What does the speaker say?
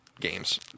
games